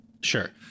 Sure